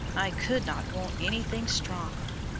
i could not want anything stronger.